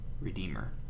redeemer